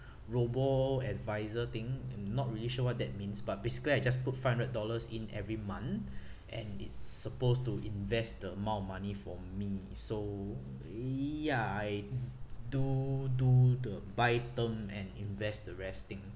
robo-advisor thing I'm not really sure what that means but basically I just put five hundred dollars in every month and it's supposed to invest the amount of money for me so ya I do do the buy term and invest the rest thing